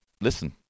listen